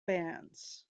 bands